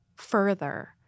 further